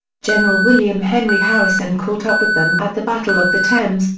general william henry harrison caught up with them at the battle of the thames,